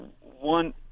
One